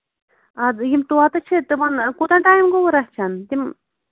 اَدٕ یِم طوطہٕ چھِ تِمن کوٗتاہ ٹایم گوٚوٕ رَچھان تِم